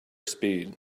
speed